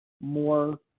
more